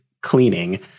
cleaning